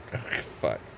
fuck